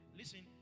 listen